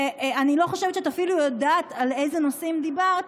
ואני לא חושבת שאת אפילו יודעת על איזה נושאים דיברת,